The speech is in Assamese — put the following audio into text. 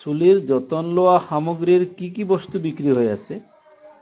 চুলিৰ যতন লোৱা সামগ্ৰীৰ কি কি বস্তু বিক্ৰী হৈ আছে